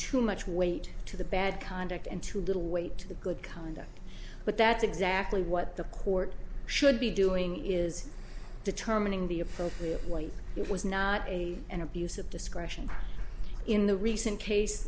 too much weight to the bad conduct and too little weight to the good conduct but that's exactly what the court should be doing is determining the appropriate way it was not a an abuse of discretion in the recent case